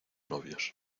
novios